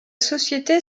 société